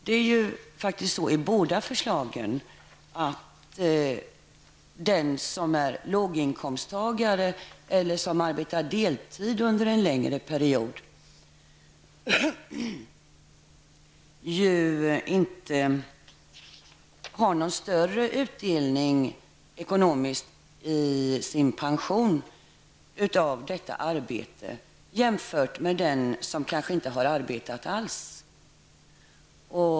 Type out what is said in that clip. Det är ju faktiskt så i båda förslagen att den som är låginkomsttagare eller som arbetar deltid under en längre period inte har någon större utdelning ekonomiskt i sin pension av detta arbete, jämfört med den som kanske inte har arbetat alls.